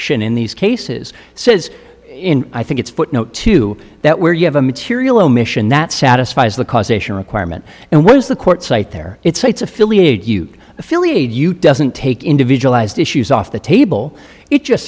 should in these cases says in i think it's too that where you have a material omission that satisfies the causation requirement and what is the court site there it states affiliate you affiliated you doesn't take individualized issues off the table it just